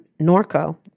Norco